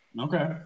okay